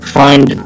find